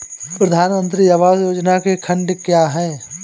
प्रधानमंत्री आवास योजना के खंड क्या हैं?